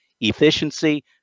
Efficiency